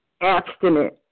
abstinent